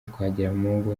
twagiramungu